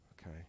Okay